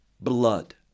blood